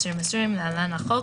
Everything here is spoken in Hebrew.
התש״ף־2020 (להלן- החוק),